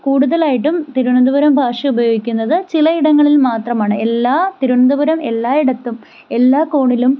കൂടുതലായിട്ടും തിരുവനന്തപുരം ഭാഷ ഉപയോഗിക്കുന്നത് ചിലയിടങ്ങളിൽ മാത്രമാണ് എല്ലാ തിരുവനന്തപുരം എല്ലായിടത്തും എല്ലാ കോണിലും